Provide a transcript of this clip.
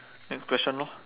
next question lor